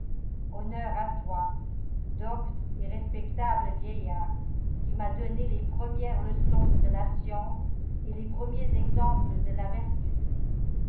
honneur à toi docte et respectable vieillard qui m'a donné les premières leçons de la science et les premiers exemples de la vertu